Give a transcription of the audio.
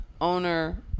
owner